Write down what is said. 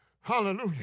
Hallelujah